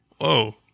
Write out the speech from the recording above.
Whoa